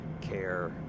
care